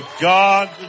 God